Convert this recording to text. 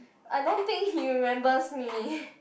I don't think he remembers me